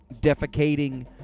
defecating